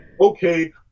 okay